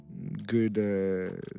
good